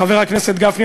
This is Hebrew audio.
חבר הכנסת גפני,